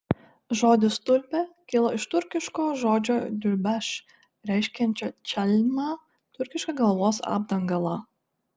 žodis tulpė kilo iš turkiško žodžio diulbaš reiškiančio čalmą turkišką galvos apdangalą